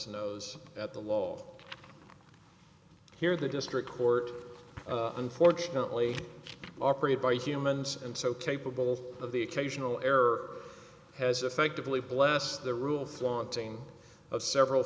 nose at the law here the district court unfortunately operated by humans and so capable of the occasional error has effectively blessed the rule flaunting of several